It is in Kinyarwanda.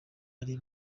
ari